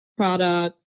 Product